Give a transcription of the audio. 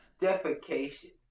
defecation